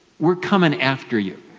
we are coming after you.